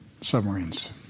submarines